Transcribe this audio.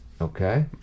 okay